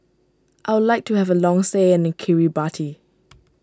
I would like to have a long stay in Kiribati